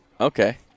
okay